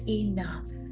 enough